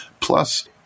Plus